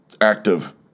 active